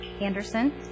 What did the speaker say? Anderson